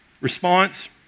response